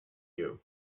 you